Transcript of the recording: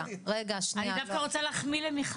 אני דווקא רוצה להחמיא למיכל.